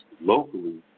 locally